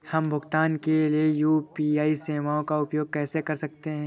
हम भुगतान के लिए यू.पी.आई सेवाओं का उपयोग कैसे कर सकते हैं?